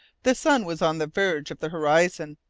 the sun was on the verge of the horizon,